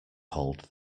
cold